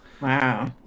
Wow